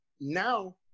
now